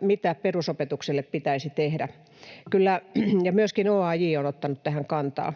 mitä perusopetukselle pitäisi tehdä — myöskin OAJ on ottanut tähän kantaa.